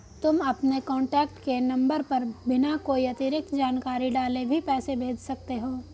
तुम अपने कॉन्टैक्ट के नंबर पर बिना कोई अतिरिक्त जानकारी डाले भी पैसे भेज सकते हो